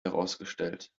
herausgestellt